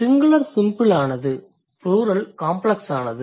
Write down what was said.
singular சிம்பிளானாது plural காம்ப்ளக்ஸானது